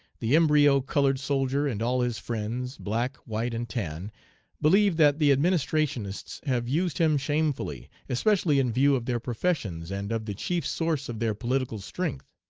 the embryo colored soldier and all his friends black, white and tan believe that the administrationists have used him shamefully, especially in view of their professions and of the chief source of their political strength.